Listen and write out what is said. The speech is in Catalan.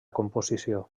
composició